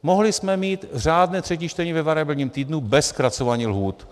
Mohli jsme mít řádné třetí čtení ve variabilním týdnu bez zkracování lhůt.